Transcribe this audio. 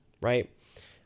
right